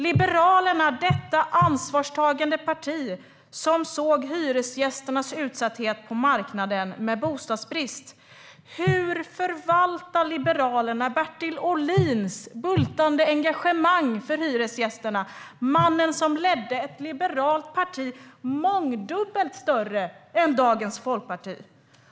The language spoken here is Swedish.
Liberalerna, detta ansvarstagande parti, såg hyresgästernas utsatthet på marknaden med bostadsbrist. Hur förvaltar Liberalerna Bertil Ohlins brinnande engagemang för hyresgästerna? Han var mannen som ledde ett liberalt parti mångdubbelt större än dagens Liberalerna.